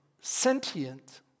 sentient